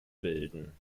bilden